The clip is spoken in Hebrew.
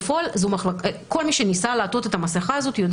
בפועל כל מי שניסה לעטות את המסכה הזאת יודע